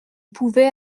pouvait